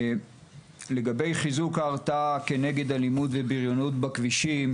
ו׳ - בנושא חיזוק ההרתעה כנגד אלימות ובריונות בכבישים: